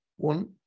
one